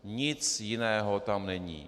Nic jiného tam není.